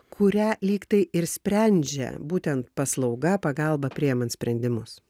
kurią lygtai ir sprendžia būtent paslauga pagalba priimant sprendimus